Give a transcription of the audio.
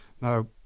now